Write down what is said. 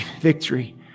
victory